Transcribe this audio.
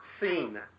seen